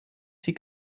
sie